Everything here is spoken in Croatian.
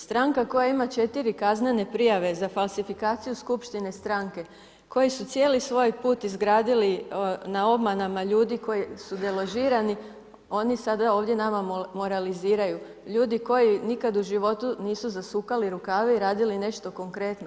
Stranka koja ima 4 kaznene prijave za falsifikaciju Skupštine stranke, koji su cijeli svoj put izgradili na obmanama ljudi koji su deložirani, oni sada ovdje nama moraliziraju, ljudi koji nikad u životu nisu zasukali rukave i radili nešto konkretno.